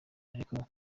ariko